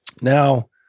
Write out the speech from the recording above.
Now